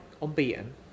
unbeaten